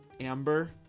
Amber